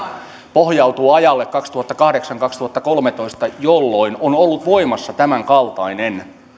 pohjautuu ajalle kaksituhattakahdeksan viiva kaksituhattakolmetoista jolloin on ollut voimassa tämänkaltainen